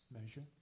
measure